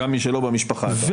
גם מי שלא במשפחה, אתה אומר.